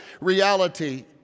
reality